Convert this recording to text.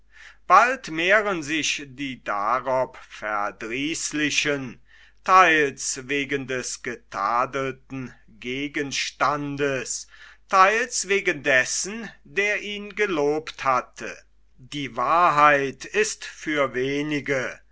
bald mehren sich die darob verdrießlichen theils wegen des getadelten gegenstandes theils wegen dessen der ihn gelobt hatte die wahrheit ist für wenige